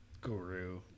guru